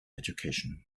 education